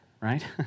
right